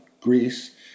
Greece